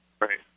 Right